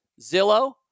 Zillow